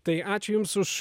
tai ačiū jums už